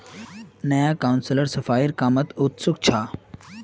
नया काउंसलर सफाईर कामत उत्सुक छ